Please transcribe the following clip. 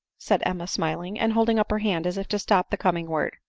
said emma smiling, and holding up her hand as if to stop the coming word.